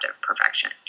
perfection